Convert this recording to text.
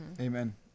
Amen